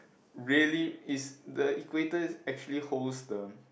really is the Equator actually holds the